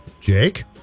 Jake